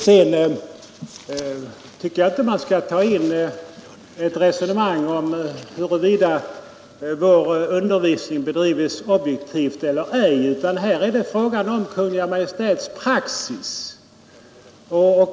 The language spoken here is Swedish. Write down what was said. Jag tycker inte att man skall ta in ett resonemang om huruvida vår undervisning bedrives objektivt eller ej, utan här är det fråga om Kungl. Maj:ts praxis.